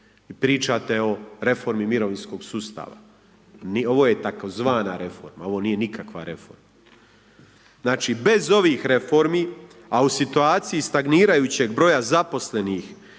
pričate o reformi mirovinskoj sustava ovo je tzv. reforma ovo nije nikakva reforma. Znači bez ovih reformi, a u situaciji stagnirajućeg broja zaposlenih